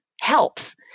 helps